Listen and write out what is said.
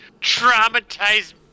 traumatized